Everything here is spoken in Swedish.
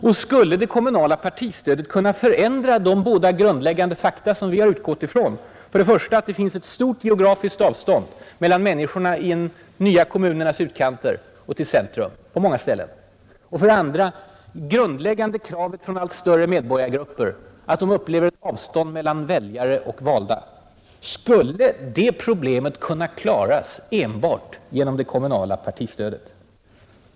Och skulle det kommunala partistödet förändra de båda grundläggande fakta som vi har utgått från: för det första att det finns ett stort geografiskt avstånd mellan människorna i en del av de nya kommunernas utkanter och centrum och, för det andra, det grundläggande kravet från allt större medborgargrupper som upplever ett avstånd mellan väljare och valda? Skulle de problemen kunna klaras enbart genom det kommunala partistödet?